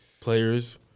players